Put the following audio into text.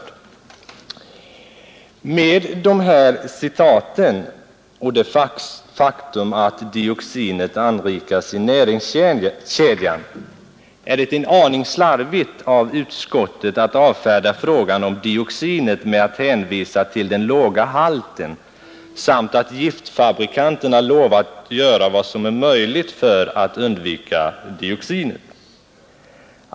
Med hänvisning till dessa citat och till det faktum att dioxinet anrikas i näringskedjan är det en aning slarvigt av utskottet att avfärda frågan om dioxinet med att hänvisa till den låga halten samt till att giftfabrikanterna lovat göra vad som är möjligt för att undvika dioxinet.